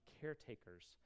caretakers